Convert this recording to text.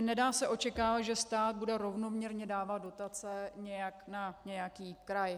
Nedá se očekávat, že stát bude rovnoměrně dávat dotace na nějaký kraj.